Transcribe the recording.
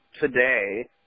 today